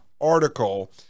article